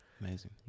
Amazing